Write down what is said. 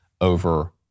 over